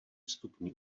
vstupní